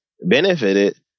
benefited